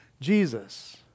Jesus